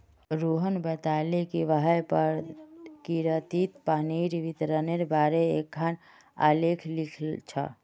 रोहण बताले कि वहैं प्रकिरतित पानीर वितरनेर बारेत एकखाँ आलेख लिख छ